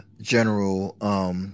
general